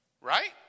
right